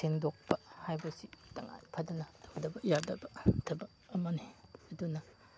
ꯁꯦꯡꯗꯣꯛꯄ ꯍꯥꯏꯕꯁꯤ ꯇꯉꯥꯏ ꯐꯗꯅ ꯇꯧꯗꯕ ꯌꯥꯗꯕ ꯊꯕꯛ ꯑꯃꯅꯤ ꯑꯗꯨꯅ